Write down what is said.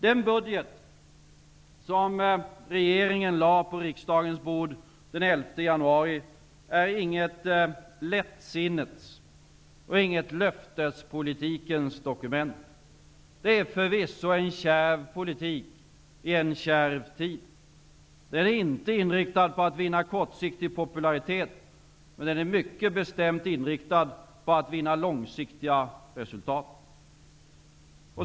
Den budget som regeringen lade på riksdagens bord den 11 januari är inget lättsinnets och löftespolitikens dokument. Det innebär förvisso en kärv politik i en kärv tid. Den är inte inriktad på att vinna kortsiktig popularitet, men mycket bestämt inriktad på att vinna långsiktiga resultat.